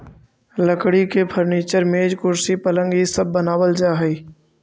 लकड़ी के फर्नीचर, मेज, कुर्सी, पलंग इ सब बनावल जा हई